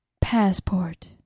Passport